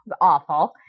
awful